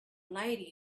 lady